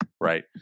right